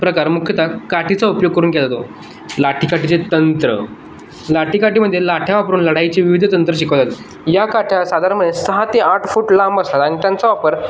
प्रकार मुख्यतः काठीचा उपयोग करून केला जातो लाठीकाठीचे तंत्र लाठीकाठीमध्ये लाठ्या वापरून लढाईचे विविध तंत्र शिकवले जा या काठ्या साधारणमध्ये सहा ते आठ फुट लांब असतात आणि त्यांचा वापर